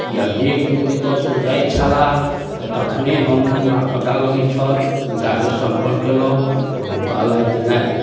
या जे केओ एतऽसँ जाइ छलाह तऽ तखने हमरा पता लगै छल हुनकासँ सम्पर्क कएलहुँ तऽ ओ कहलथि जे नहि